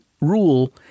rule